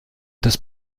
das